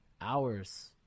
Hours